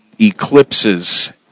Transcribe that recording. eclipses